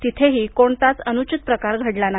तिथेही कोणताच अनुचित प्रकार घडला नाही